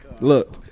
Look